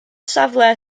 safle